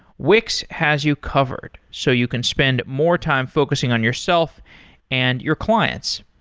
wix has you covered, so you can spend more time focusing on yourself and your clients.